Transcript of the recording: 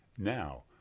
Now